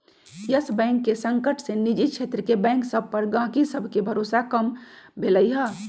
इयस bank के संकट से निजी क्षेत्र के बैंक सभ पर गहकी सभके भरोसा कम भेलइ ह